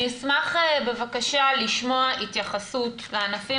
אני אשמח בבקשה לשמוע התייחסות לענפים